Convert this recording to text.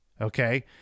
Okay